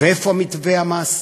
ואיפה מתווה המס?